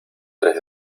tres